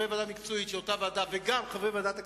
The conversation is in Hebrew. מקצועית של אותה ועדה וגם חברי ועדת הכספים,